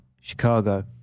Chicago